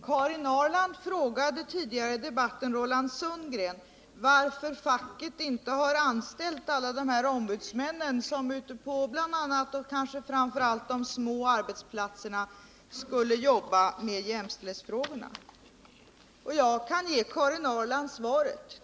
Herr talman! Karin Ahrland frågade tidigare i debatten Roland Sundgren varför facket inte har anställt alla de ombudsmän som bl.a. och kanske framför allt ute på de små arbetsplatserna skulle kunna jobba med jämställdhetsfrågorna. Jag kan ge Karin Ahrland svaret.